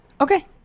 Okay